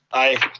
aye.